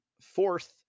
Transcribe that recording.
fourth